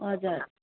हजुर